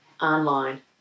online